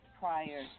prior